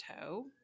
toe